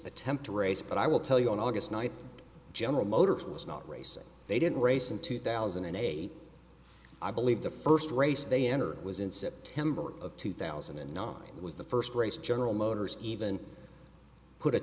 attempt to race but i will tell you on august ninth general motors was not racing they didn't race in two thousand and eight i believe the first race they enter was in september of two thousand and nine was the first race general motors even put a